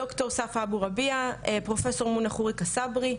דוקטור סחה אבו רביע, פרופסור מונה חוריק אסברי,